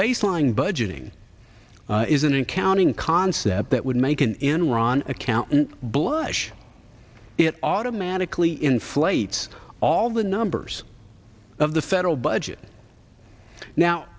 baseline budgeting is an accounting concept that would make an enron accountant blush it automatically inflates all the numbers of the federal budget now